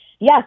Yes